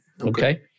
okay